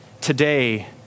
today